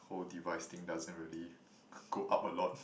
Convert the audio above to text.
whole device thing doesn't really go up a lot